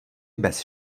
bez